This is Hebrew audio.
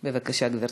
בבקשה, גברתי.